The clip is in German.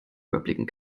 überblicken